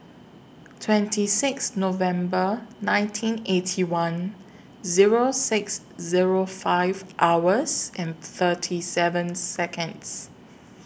twenty six November nineteen Eighty One Zero six Zero five hours and thirty seven Seconds